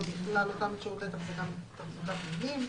זה נכלל באותם שירותי תחזוקת מבנים,